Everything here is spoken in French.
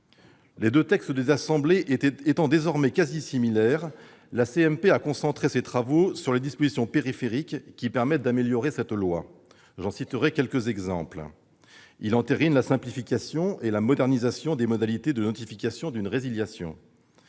Les deux textes des assemblées étant désormais quasi similaires, la commission mixte paritaire a concentré ses travaux sur les dispositions périphériques qui permettent d'améliorer cette loi. J'en citerai quelques exemples. Le texte entérine la simplification et la modernisation des modalités de notification d'une résiliation.